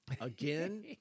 again